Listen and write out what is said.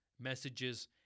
messages